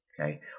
Okay